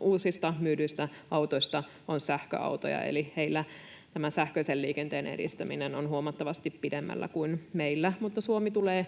uusista myydyistä autoista on sähköautoja. Eli heillä tämän sähköisen liikenteen edistäminen on huomattavasti pidemmällä kuin meillä, mutta Suomi tulee